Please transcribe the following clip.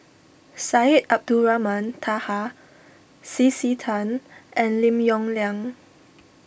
Syed Abdulrahman Taha C C Tan and Lim Yong Liang